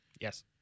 yes